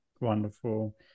Wonderful